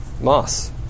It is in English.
Moss